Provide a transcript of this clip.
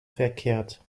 verkehrt